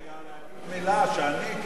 הוא לא התייחס לדבר הזה.